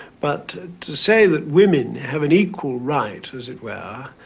but to say that women have an equal right, as it were,